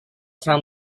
found